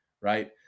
right